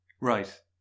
Right